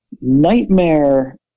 Nightmare